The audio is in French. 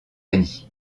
cie